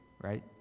right